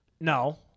No